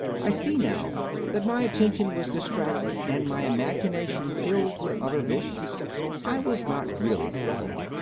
i see now that my attention was distracted and my im agination filled with other visions i was not really settled.